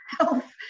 health